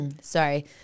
sorry